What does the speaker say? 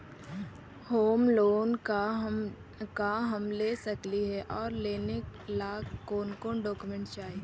Home loan का हम ले सकली हे, और लेने ला कोन कोन डोकोमेंट चाही?